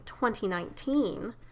2019